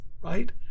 right